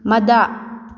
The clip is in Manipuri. ꯃꯥꯗꯥ